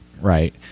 Right